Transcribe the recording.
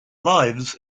lives